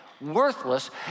worthless